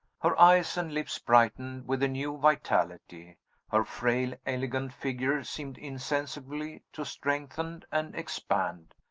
her eyes and lips brightened with a new vitality her frail elegant figure seemed insensibly to strengthen and expand,